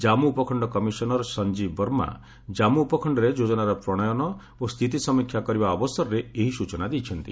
ଜାମ୍ମୁ ଉପଖଣ୍ଡ କମିଶନର ସଂଜୀବ ବର୍ମା କ୍ରାମ୍ପୁ ଉପଖଣ୍ଡରେ ଯୋଜନାର ପ୍ରଣୟନ ଓ ସ୍ଥିତି ସମୀକ୍ଷା କରିବା ଅବସରରେ ଏହି ସ୍ଟଚନା ଦେଇଛନ୍ତି